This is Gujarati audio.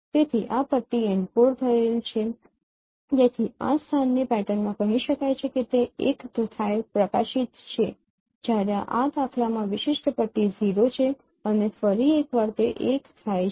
તેથી આ પટ્ટી એન્કોડ થયેલ છે તેથી આ સ્થાનની પેટર્નમાં કહી શકાય કે તે ૧ થાય પ્રકાશિત છે જ્યારે આ દાખલામાં આ વિશિષ્ટ પટ્ટી 0 છે અને ફરી એક વાર તે ૧ થાય છે